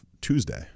Tuesday